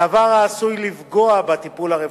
דבר העשוי לפגוע בטיפול הרפואי.